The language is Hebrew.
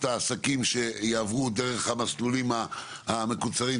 העסקים שיעברו דרך המסלולים המקוצרים,